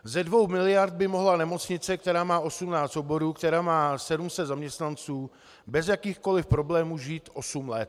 Ze 2 mld. by mohla nemocnice, která má 18 oborů, která má 700 zaměstnanců, bez jakýchkoliv problémů žít osm let.